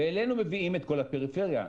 ואלינו מביאים את כל הפריפריה.